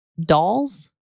dolls